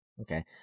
Okay